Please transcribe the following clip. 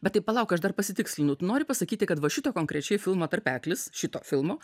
bet tai palauk aš dar pasitikslinu tu nori pasakyti kad va šito konkrečiai filmo tarpeklis šito filmo